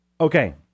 Okay